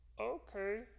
Okay